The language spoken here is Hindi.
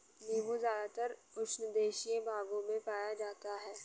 नीबू ज़्यादातर उष्णदेशीय भागों में पाया जाता है